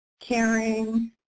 caring